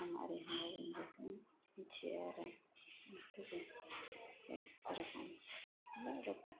गाहाम आरो हामलायनायखौ मिथियो आरो बेफोरनो बे रकम बेनो आरो